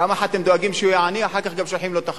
פעם אחת הם דואגים שהוא יהיה עני ואחר כך גם שולחים לו את החבילות.